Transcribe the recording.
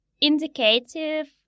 indicative